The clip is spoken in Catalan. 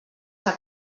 que